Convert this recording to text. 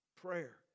prayer